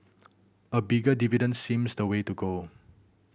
a bigger dividend seems the way to go